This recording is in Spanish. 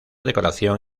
decoración